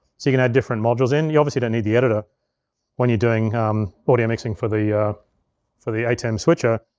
so you can add different modules in. you obviously don't need the editor when you're doing um audio mixing for the for the atem switcher.